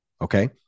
okay